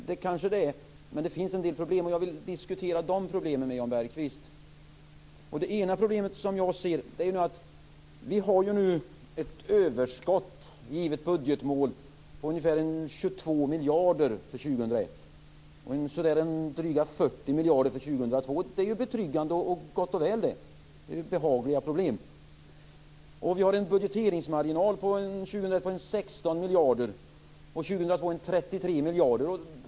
Det kanske det är, men det finns en del problem, och jag vill diskutera de problemen med Det ena problemet som jag ser är att vi nu har ett överskott, givet budgetmålet uppnås, på ungefär 22 miljarder för 2001 och drygt 40 miljarder för 2002. Det är ju betryggande och gott och väl. Det är behagliga problem. Vi har en budgeteringsmarginal år 2001 på 16 miljarder och på 33 miljarder år 2002.